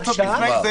יוסרו באופן אוטומטי.